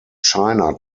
china